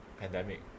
pandemic